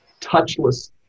touchless